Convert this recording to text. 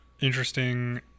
interesting